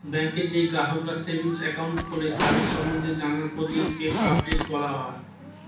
ব্যাংকে যেই গ্রাহকরা সেভিংস একাউন্ট খোলে তাদের সম্বন্ধে জানার পদ্ধতিকে আপডেট বলা হয়